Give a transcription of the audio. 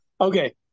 Okay